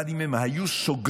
אבל אם הם היו סוגרים